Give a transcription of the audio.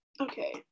Okay